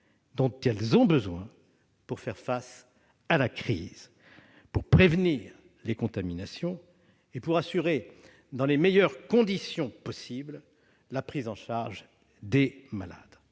dont elles ont besoin pour faire face à la crise, pour prévenir les contaminations et pour assurer dans les meilleures conditions possible la prise en charge des malades.